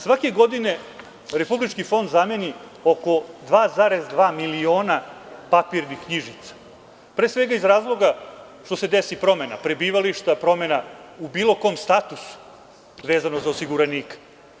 Svake godine Republički fond zameni oko 2,2 miliona papirnih knjižica, pre svega iz razloga što se desi promena prebivališta, promena u bilo kom statusu vezano za osiguranika.